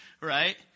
right